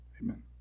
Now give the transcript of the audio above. amen